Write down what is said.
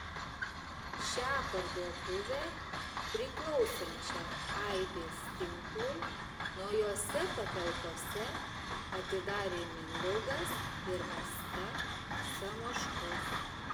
šią parduotuvę priklausančią aibės tinklui naujose patalpose atidarė mindaugas ir asta samoškos